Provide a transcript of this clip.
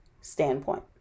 standpoint